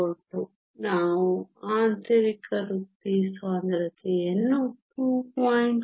42 ನಾವು ಆಂತರಿಕ ವೃತ್ತಿ ಸಾಂದ್ರತೆಯನ್ನು 2